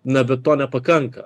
na bet to nepakanka